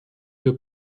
wir